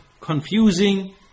confusing